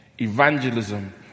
evangelism